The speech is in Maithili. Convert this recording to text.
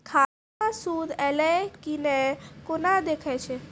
खाता मे सूद एलय की ने कोना देखय छै?